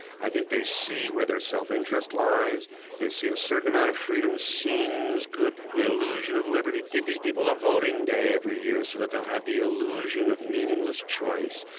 i think they see where their self-interest lies they see a certain amount of freedom seems good an illusion of liberty give these people a voting day every year so that they will have the illusion of meaningless choice.